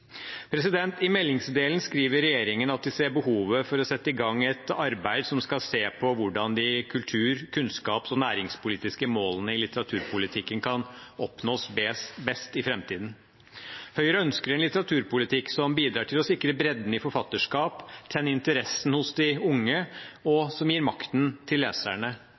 I meldingsdelen skriver regjeringen at de ser behovet for å sette i gang et arbeid som skal se på hvordan de kultur-, kunnskaps- og næringspolitiske målene i litteraturpolitikken best kan oppnås i framtiden. Høyre ønsker en litteraturpolitikk som bidrar til å sikre bredden i forfatterskap og tenne interessen hos de unge, og som gir makten til leserne.